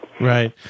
Right